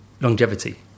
longevity